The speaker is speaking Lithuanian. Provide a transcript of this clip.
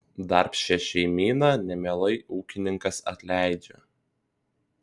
darbščią šeimyną nemielai ūkininkas atleidžia